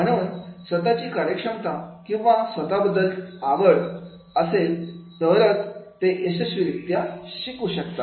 म्हणून स्वतःची कार्यक्षमता किंवा स्वतःबद्दल आवड असेल तरच ते यशस्वीरित्या शिकू शकतात